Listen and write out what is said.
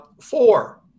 Four